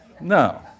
No